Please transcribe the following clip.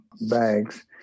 bags